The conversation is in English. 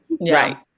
right